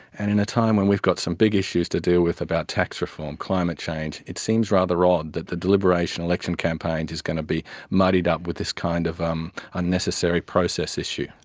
and in a time when we've got some big issues to deal with about tax reform, climate change, it seems rather odd that the deliberation election campaigns is going to be muddied up with this kind of um unnecessary process issue.